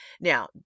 Now